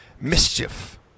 mischief